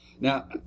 Now